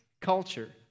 culture